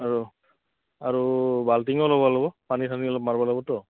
আৰু আৰু বাল্টিঙো ল'ব লাগিব পানী চানি অলপ মাৰিব লাগিবতো